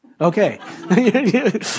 Okay